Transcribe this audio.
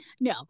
no